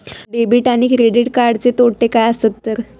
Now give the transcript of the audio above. Debit आणि credit कार्डचे तोटे काय आसत तर?